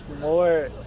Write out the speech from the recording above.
more